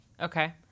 okay